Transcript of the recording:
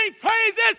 praises